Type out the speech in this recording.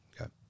okay